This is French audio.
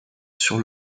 sur